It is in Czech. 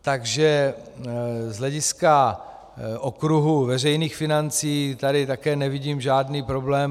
Takže z hlediska okruhu veřejných financí tady také nevidím žádný problém.